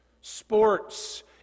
sports